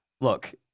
Look